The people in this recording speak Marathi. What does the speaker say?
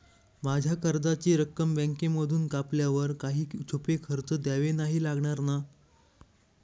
माझ्या कर्जाची रक्कम बँकेमधून कापल्यावर काही छुपे खर्च द्यावे नाही लागणार ना?